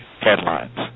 headlines